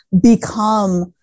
become